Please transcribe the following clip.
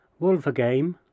Wolvergame